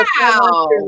Wow